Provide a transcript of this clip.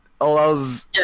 allows